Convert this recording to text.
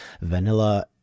vanilla